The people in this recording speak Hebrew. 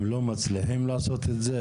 הם לא מצליחים לעשות את זה?